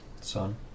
Son